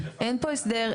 אין פה הסדר,